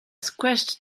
squashed